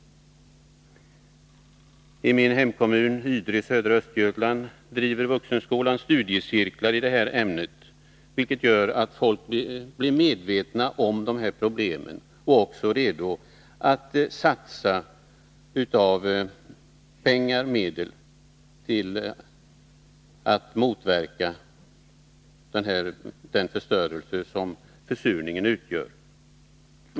I min hemkommun Ydre i södra Östergötland driver vuxenskolan studiecirklar i ämnet, vilket gör att folk blir medvetna om de här problemen och också redo att satsa ekonomiskt för att motverka den förstörelse som försurningen medför.